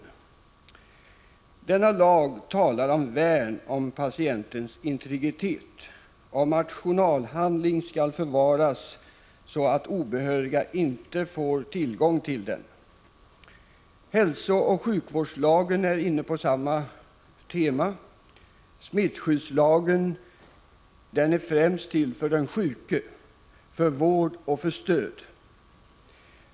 I denna lag talas det om värnet om patientens integritet och om att journalhandling skall förvaras så, att obehöriga inte får tillgång till den. I hälsooch sjukvårdslagen är man inne på samma tema. Smittskyddslagen är främst till för den sjuke, för att denne skall få vård och stöd.